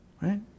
right